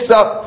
up